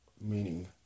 Meaning